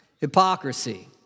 Hypocrisy